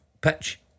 pitch